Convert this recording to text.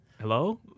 Hello